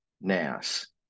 nas